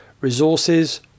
resources